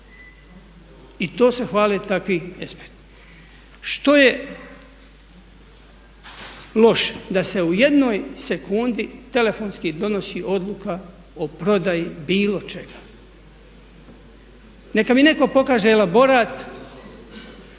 I to se hvale takvi eksperti. Što je loše? Da se u jednoj sekundi telefonski donosi odluka o prodaji bilo čega. Neka mi netko pokaže elaborat